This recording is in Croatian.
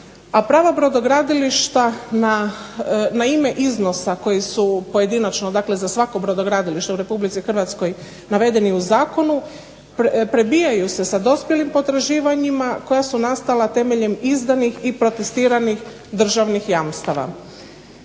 a prava brodogradilišta na ime iznosa koji su pojedinačno, dakle za svako brodogradilište u Republici Hrvatskoj navedeni u zakonu prebijaju se sa dospjelim potraživanjima koja su nastala temeljem izdanih i protestiranih državnih jamstava.